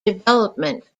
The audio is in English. development